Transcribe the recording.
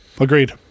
Agreed